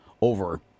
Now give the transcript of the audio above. over